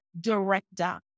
director